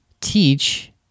teach